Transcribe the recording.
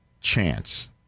chance